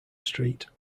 street